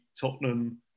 Tottenham